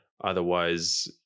Otherwise